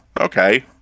okay